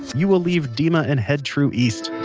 you will leave dema and head true east.